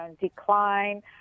decline